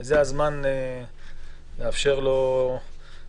וזה הזמן לאפשר לו להתרומם,